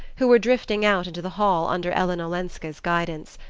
who were drifting out into the hall under ellen olenska's guidance.